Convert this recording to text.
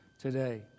today